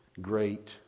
great